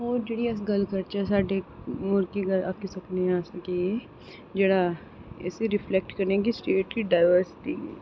होर जेह्ड़ी कि अस गल्ल करचै साढ़े होर कि गल्ल अस आक्खी सकने आं कि जेह्ड़ा इसी केह् करना कि स्टेट गी डाइवर्ट करने गी